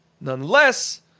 nonetheless